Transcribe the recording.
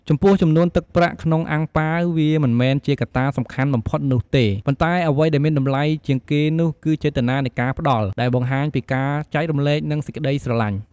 ចំពោះចំនួនទឹកប្រាក់ក្នុងអាំងប៉ាវ វាមិនមែនជាកត្តាសំខាន់បំផុតនោះទេ ប៉ុន្តែអ្វីដែលមានតម្លៃជាងគេនោះគឺចេតនានៃការផ្តល់ ដែលបង្ហាញពីការចែករំលែក និងសេចកក្តីស្រឡាញ់។